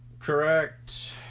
Correct